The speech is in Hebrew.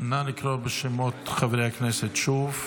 לקרוא בשמות חברי הכנסת שוב,